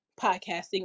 podcasting